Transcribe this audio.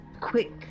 quick